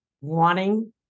wanting